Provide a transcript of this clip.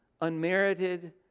unmerited